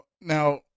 now